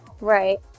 Right